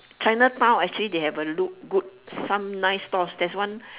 chinatown actually they have a look good some nice stores there's one